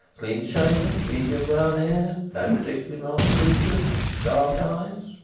clean-shaven. medium brown hair. no particularly marked features. dark eyes.